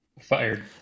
fired